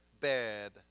bad